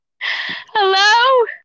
Hello